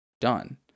done